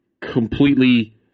completely